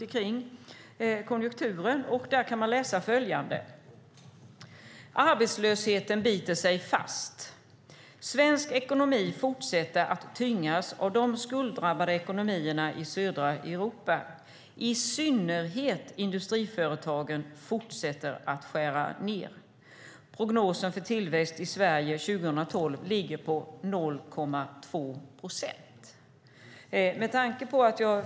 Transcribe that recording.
I rapporten som lämnats i dag kan man läsa följande: Arbetslösheten biter sig fast. Svensk ekonomi fortsätter att tyngas av de skulddrabbade ekonomierna i södra Europa. I synnerhet industriföretagen fortsätter att skära ned. Prognosen för tillväxt i Sverige 2012 ligger på 0,2 procent.